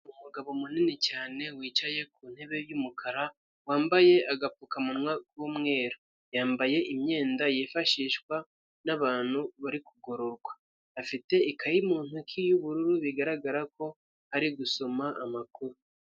Umugabo munini cyane wicaye ku ntebe y'umukara wambaye agapfukamunwa k'umweru, yambaye imyenda yifashishwa n'abantu bari kugororwa, afite ikayi mu ntoki y'ubururu bigaragara ko ari gusoma amakuru.